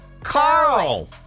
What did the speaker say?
Carl